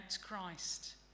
Christ